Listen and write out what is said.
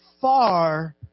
far